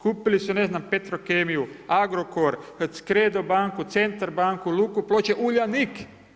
Kupili su ne znam, Petrokemiju Agrokor, Credo banku, Centar banku, Luku Ploče, Uljanik.